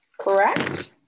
Correct